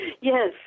Yes